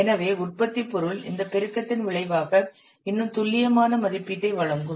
எனவே உற்பத்திப் பொருள் இந்த பெருக்கத்தின் விளைவாக இன்னும் துல்லியமான மதிப்பீட்டை வழங்கும்